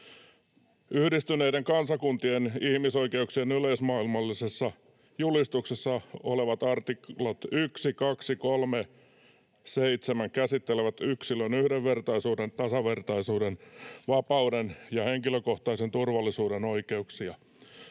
Yhdistyneiden kansakuntien ihmisoikeuksien yleismaailmallisessa julistuksessa olevat artiklat 1, 2, 3, 7 käsittelevät yksilön yhdenvertaisuuden, tasavertaisuuden, vapauden ja henkilökohtaisen turvallisuuden oikeuksia.